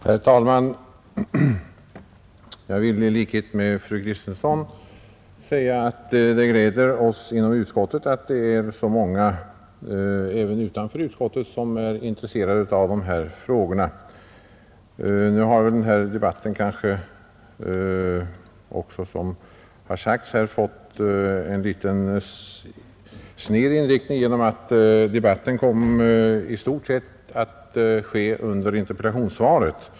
Herr talman! Jag vill i likhet med fru Kristensson säga att det gläder oss inom utskottet att det är så många utanför utskottet som är intresserade av de här frågorna. Den här debatten har kanske, som det har framhållits, fått en något sned inriktning genom att den i stort sett kom att föras i anslutning till interpellationssvaret.